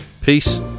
peace